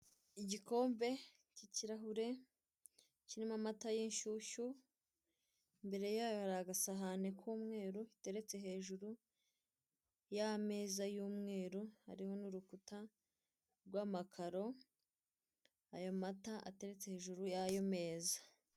Igikombe cy'ikirahure kirimo amata y'inshyushyu imbere yayo hari agasahani k'umweru gateretse hejuru y'ameza y'umweru hariho n'urukuta rw'amakaro ayo mata ateretse hejuru y'ayo meza.